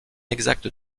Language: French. exacte